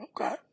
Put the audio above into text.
Okay